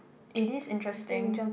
it is interesting